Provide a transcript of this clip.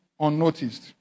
unnoticed